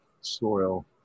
soil